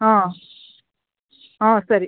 ಹಾಂ ಹಾಂ ಸರಿ